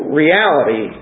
reality